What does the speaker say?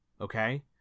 Okay